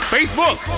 Facebook